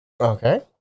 Okay